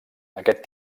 aquest